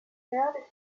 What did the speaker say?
creare